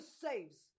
saves